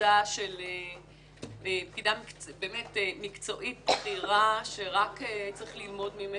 עבודה של פקידה מקצועית בכירה שרק צריך ללמוד ממך.